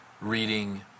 reading